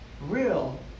real